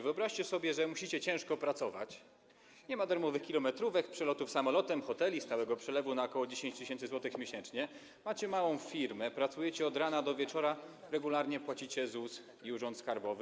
Wyobraźcie sobie, że musicie ciężko pracować, nie ma darmowych kilometrówek, przelotów samolotem, hoteli, stałego przelewu na ok. 10 tys. zł miesięcznie, macie małą firmę, pracujecie od rana do wieczora, regularnie płacicie na ZUS i urząd skarbowy.